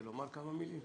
רוצה לומר כמה מילים?